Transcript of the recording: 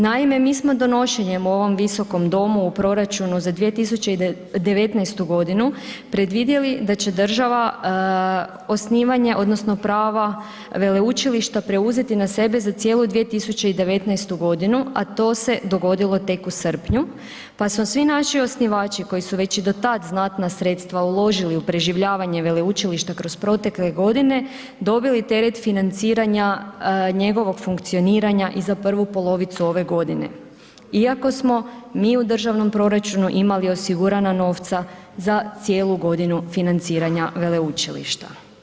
Naime, mi smo donošenjem u ovom Visokom domu u proračunu za 2019. godinu predvidjeli da će država osnivanje odnosno prava veleučilišta preuzeti na sebe za cijelu 2019. godinu, a to se dogodilo tek u srpnju pa su svi naši osnivači koji su već i do tad znatna sredstva uložili u preživljavanje veleučilišta kroz protekle godine doveli teret financiranja njegovog funkcioniranja i prvu polovicu ove godine, iako smo mi u državnom proračunu imali osigurani novac za cijelu godinu financiranja veleučilišta.